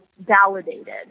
validated